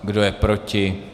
Kdo je proti?